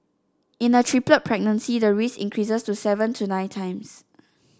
in a triplet pregnancy the risk increases to seven to nine times